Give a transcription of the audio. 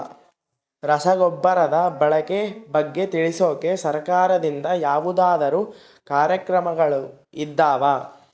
ರಸಗೊಬ್ಬರದ ಬಳಕೆ ಬಗ್ಗೆ ತಿಳಿಸೊಕೆ ಸರಕಾರದಿಂದ ಯಾವದಾದ್ರು ಕಾರ್ಯಕ್ರಮಗಳು ಇದಾವ?